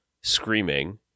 screaming